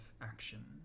action